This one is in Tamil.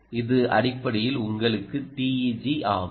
இது அடிப்படையில் உங்களுக்கு TEG ஆகும்